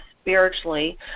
spiritually